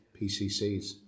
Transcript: PCCs